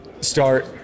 start